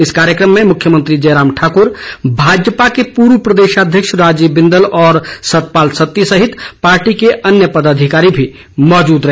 इस कार्यक्रम में मुख्यमंत्री जयराम ठाकुर भाजपा के पूर्व प्रदेशाध्यक्ष राजीव बिंदल और सतपाल सत्ती सहित पार्टी के अन्य पर्दाधिकारी भी मौजूद रहे